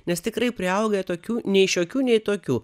nes tikrai priaugę tokių nei šiokių nei tokių